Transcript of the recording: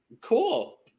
Cool